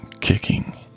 kicking